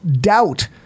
doubt